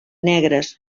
negres